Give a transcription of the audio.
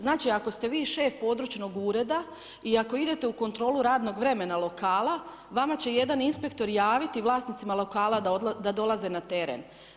Znači ako ste vi šef područnog ureda i ako idete u kontrolu radnog vremena, lokala, vama ž jedan inspektor javiti, vlasnicima lokala, da dolaze na teren.